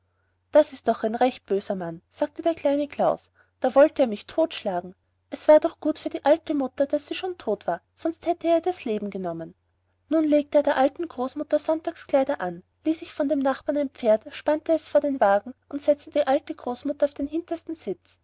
das ist doch ein recht böser mann sagte der kleine klaus da wollte er mich totschlagen es war doch gut für die alte mutter daß sie schon tot war sonst hätte er ihr das leben genommen nun legte er der alten großmutter sonntagskleider an lieh sich von dem nachbar ein pferd spannte es vor den wagen und setzte die alte großmutter auf den hintersten sitz